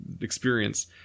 experience